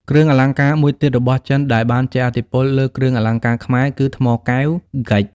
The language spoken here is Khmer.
គ្រឿងអលង្ការមួយទៀតរបស់ចិនដែលបានជះឥទ្ធិពលលើគ្រឿងអលង្ការខ្មែរគឺថ្មកែវ (ហ្គិច)។